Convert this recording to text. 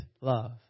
love